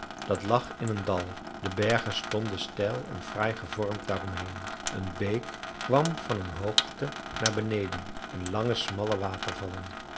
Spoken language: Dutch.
dat lag in een dal de bergen stonden steil en fraai gevormd daarom heen een beek kwam van een hoogte naar beneden in lange smalle watervallen